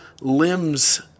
limbs